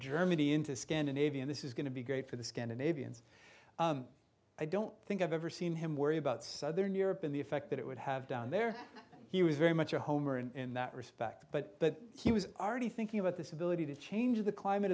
germany into scandinavia and this is going to be great for the scandinavians i don't think i've ever seen him worry about southern europe and the effect that it would have down there he was very much a homer in that respect but he was already thinking about this ability to change the climate